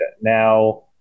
Now